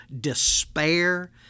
despair